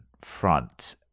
Front